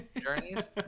journeys